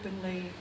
openly